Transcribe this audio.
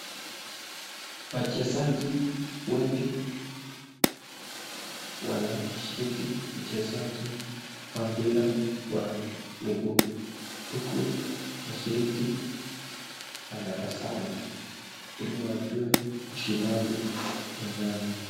Wachezaji wengi wanashiriki uchezaji wa mpira wa miguu huku washiriki wanatasama ili wajue ushindaji ni nani.